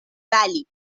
valley